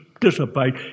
participate